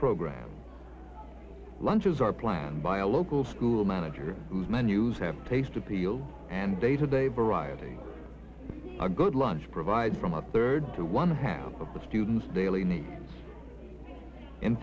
program lunches are planned by a local school manager whose menus have taste appeal and day to day variety a good lunch provided from a third to one half of the students daily